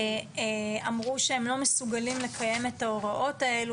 אמרו שהם לא מסוגלים לקיים את ההוראות האלה